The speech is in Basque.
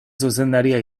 zuzendaria